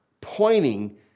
pointing